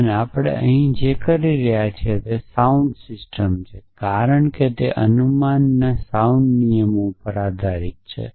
તેથી આપણે અહીં જે કંઇ કરી રહ્યા છીએ તે સાઉન્ડસિસ્ટમ છે કારણ કે તે અનુમાનના સાઉન્ડ નિયમો પર આધારિત છે